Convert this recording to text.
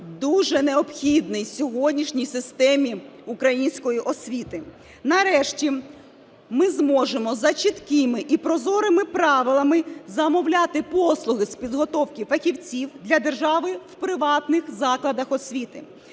дуже необхідний сьогоднішній системі української освіти. Нарешті ми зможемо за чіткими і прозорими правилами замовляти послуги з підготовки фахівців для держави в приватних закладах освіти.